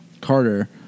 Carter